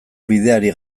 bideari